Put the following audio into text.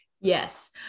yes